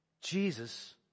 Jesus